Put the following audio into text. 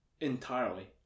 entirely